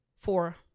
Four